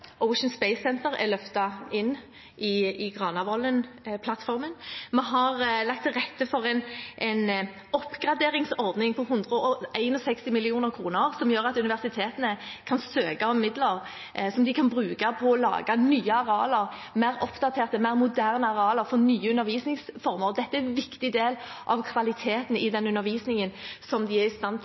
Ocean Space Centre er løftet inn i Granavolden-plattformen. Vi har lagt til rette for en oppgraderingsordning på 161 mill. kr, som gjør at universitetene kan søke om midler som de kan bruke på å lage nye arealer, mer oppdaterte, mer moderne arealer, for nye undervisningsformer. Dette er en viktig del av kvaliteten i den undervisningen som de er i stand til